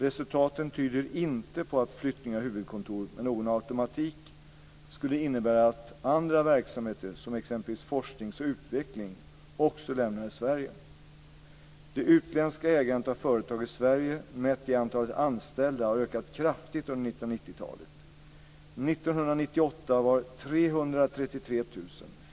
Resultaten tyder inte på att flyttning av huvudkontor med någon automatik skulle innebära att andra verksamheter som t.ex. forskning och utveckling också lämnade Sverige. Det utländska ägandet av företag i Sverige, mätt i antalet anställda, har ökat kraftigt under 1990-talet.